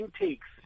intakes